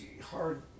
hard